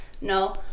No